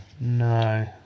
No